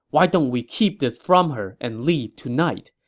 why don't we keep this from her and leave tonight?